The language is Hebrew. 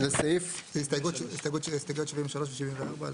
הסתייגויות 73, 74 ו-75.